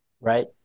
Right